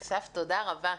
אסף, תודה רבה.